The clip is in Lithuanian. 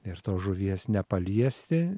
ir tos žuvies nepaliesti